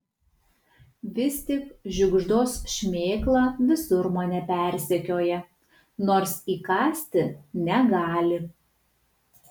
vis tik žiugždos šmėkla visur mane persekioja nors įkąsti negali